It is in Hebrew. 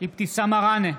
אבתיסאם מראענה,